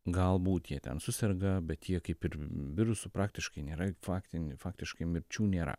galbūt jie ten suserga bet jie kaip ir virusų praktiškai nėra faktinį faktiškai mirčių nėra